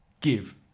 give